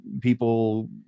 people